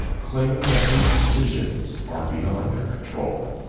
claiming that his decisions are beyond their control.